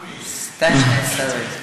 (אומר דברים בשפה הערבית)